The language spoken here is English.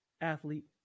athlete